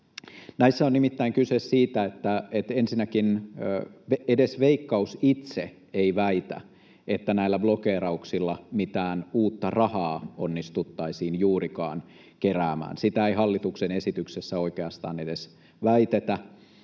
Näissä on nimittäin kyse siitä, että ensinnäkin edes Veikkaus itse ei väitä, että näillä blokeerauksilla mitään uutta rahaa onnistuttaisiin juurikaan keräämään. Sitä ei hallituksen esityksessä oikeastaan edes väitetä,